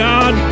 God